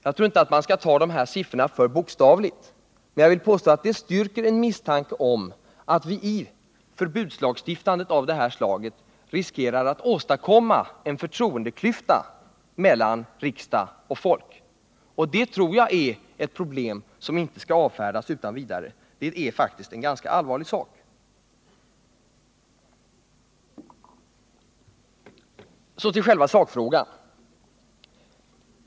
Jag tror inte att man skall ta de här uppgifterna för bokstavligt, men jag vill påstå att de styrker en misstanke om att vi med förbudslagstiftande av det här slaget riskerar att åstadkomma en förtroendeklyfta mellan riksdag och folk. Det tror jag är ett problem som inte skall avfärdas utan vidare. Det är faktiskt en ganska allvarlig sak. Så till själva sakfrågan.